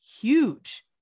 huge